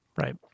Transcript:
Right